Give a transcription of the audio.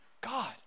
God